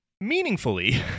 meaningfully